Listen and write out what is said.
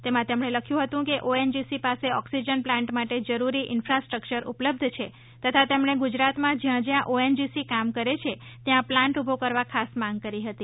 તેમાં તેમણે લખ્યું હતું કે ઓએનજીસી પાસે ઓક્સિજન પ્લાન્ટ માટે જરૂરી ઇન્ફાસ્ટ્રક્યર ઉપલબ્ધ છે તથા તેમણે ગુજરાતમાં જ્યાં જ્યાં ઓએનજીસી કામ કરે છે ત્યાં પ્લાન્ટ ઉભો કરવા ખાસ માંગ કરી હતી